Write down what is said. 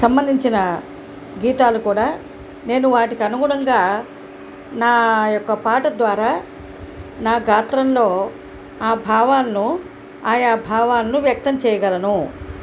సంబంధించిన గీతాలు కూడా నేను వాటికి అనుగుణంగా నాయొక్క పాట ద్వారా నా గాత్రంలో ఆ భావాలను ఆయా భావాలను వ్యక్తం చేయగలను